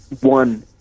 one